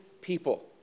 people